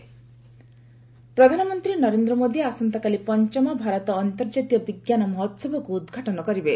HSF PM ପ୍ରଧାନମନ୍ତ୍ରୀ ନରେନ୍ଦ୍ର ମୋଦି ଆସନ୍ତାକାଲି ପଞ୍ଚମ ଭାରତ ଅନ୍ତର୍ଜାତୀୟ ବିଜ୍ଞାନ ମହୋହବକୁ ଉଦ୍ଘାଟନ କରିବେ